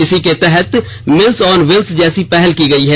इसी के तहत मील्स ऑन व्हील्स जैसी पहल की गई है